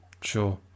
sure